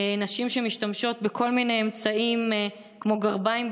נשים שמשתמשות בכל מיני אמצעים כמו גרביים,